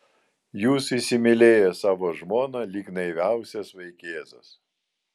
jūs įsimylėjęs savo žmoną lyg naiviausias vaikėzas